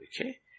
okay